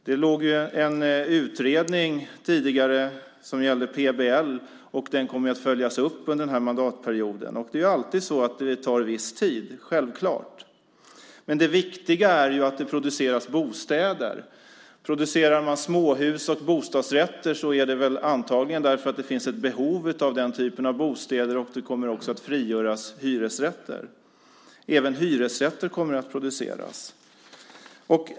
Det gjordes tidigare en utredning som gällde PBL, och den kommer att följas upp under den här mandatperioden. Det är alltid så att det tar viss tid, självklart, men det viktiga är att det produceras bostäder. Om man producerar småhus och bostadsrätter är det antagligen för att det finns ett behov av den typen av bostäder. Det i sin tur innebär att hyresrätter frigörs. Även hyresrätter kommer att produceras.